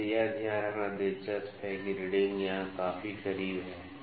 इसलिए यह ध्यान रखना दिलचस्प है कि रीडिंग यहां काफी करीब हैं